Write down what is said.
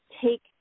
take